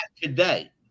today